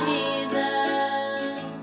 Jesus